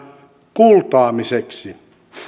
kultaamiseksi